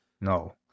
No